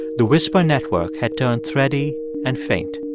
the whisper network had turned thready and faint.